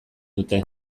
dute